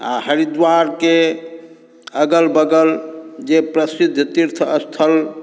आओर हरिद्वारके अगल बगल जे प्रसिद्ध तीर्थस्थल